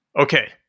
okay